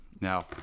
now